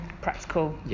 practical